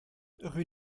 rue